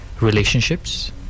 Relationships